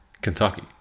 Kentucky